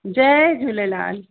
Jay Jhulelal